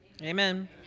Amen